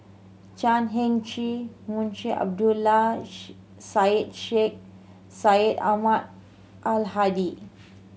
Chan Heng Chee Munshi Abdullah Syed Sheikh Syed Ahmad Al Hadi